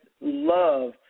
love